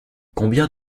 combien